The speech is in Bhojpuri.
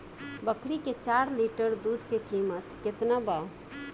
बकरी के चार लीटर दुध के किमत केतना बा?